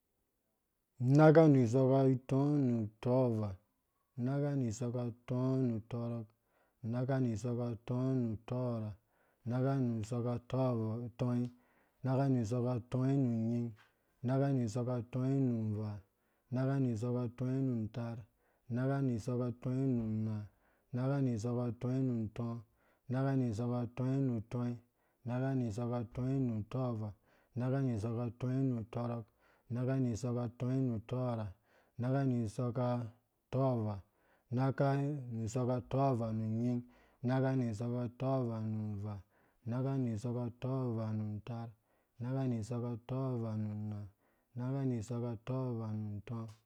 Unakka nu isɔkka ittɔɔ nu utɔɔvaa, unakka nu isɔkka itɔɔ nu utɔrɔk unakka nu isɔkka itɔɔ nu utɔɔrha unakka mu isɔkka tɔɔvaa, utɔi, unakka nu isɔkka tɔi nu nying unakka nu isɔkka tɔi nu nvaa, unakka nu isɔkka tɔi nu ntɔɔ, unakka nu unakka nu isɔkka tɔi nu utɔi, unakka nu isɔkka tɔi mu utɔrɔk unakka nu isɔkka itɔi nu utɔɔrha, unakka nu isɔkka tɔɔvaa nu nying unakka nu isɔkka tɔɔvaa nu ntaar unakka nu isɔkka tɔɔvaa nu ntaar, unakka nu isɔkka tɔɔvaa nu ntɔɔ